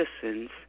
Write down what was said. citizens